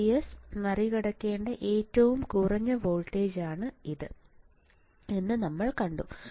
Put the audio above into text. VGS മറികടക്കേണ്ട ഏറ്റവും കുറഞ്ഞ വോൾട്ടേജാണ് ഇത് എന്ന് നമ്മൾ കണ്ടു